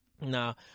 Now